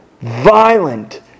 violent